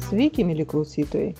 sveiki mieli klausytojai